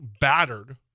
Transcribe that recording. battered